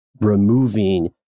removing